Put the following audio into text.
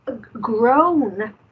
grown